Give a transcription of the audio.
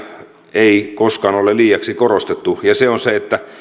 ei koskaan ole liiaksi korostettu ja se on se että